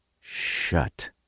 shut